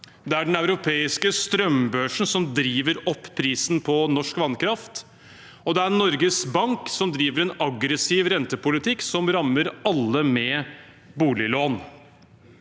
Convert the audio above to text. det er den europeiske strømbørsen som driver opp prisen på norsk vannkraft, og det er Norges Bank som driver en aggressiv rentepolitikk som rammer alle med boliglån.